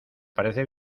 parece